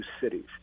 cities